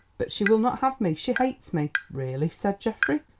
but she will not have me she hates me. really, said geoffrey.